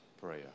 prayer